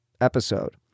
episode